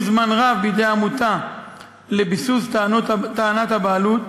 זמן רב בידי העמותה לביסוס טענת הבעלות,